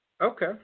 Okay